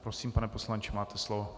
Prosím, pane poslanče, máte slovo.